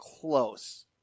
close